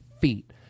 feet